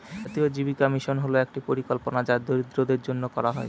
জাতীয় জীবিকা মিশন হল একটি পরিকল্পনা যা দরিদ্রদের জন্য করা হয়